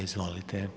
Izvolite.